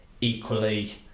equally